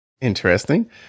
interesting